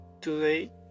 today